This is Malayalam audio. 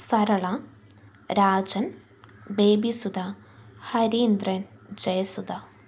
സരള രാജൻ ബേബിസുധ ഹരീന്ദ്രൻ ജയസുധ